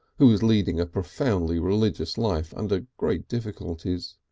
who was leading a profoundly religious life under great difficulties.